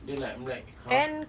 then like I'm like !huh!